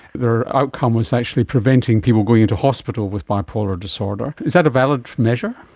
the outcome was actually preventing people going into hospital with bipolar disorder. is that a valid measure?